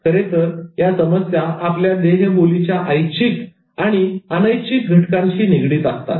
खरेतर या समस्या आपल्या देहबोलीच्या ऐच्छिक आणि अनैच्छिक घटकांशी निगडीत असतात